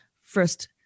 first